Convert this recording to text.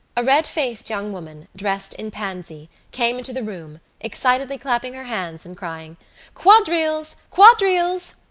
a red-faced young woman, dressed in pansy, came into the room, excitedly clapping her hands and crying quadrilles! quadrilles!